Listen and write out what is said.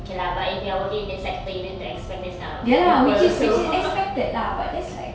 okay lah but if you're working in this sector you need to expect this kind of people also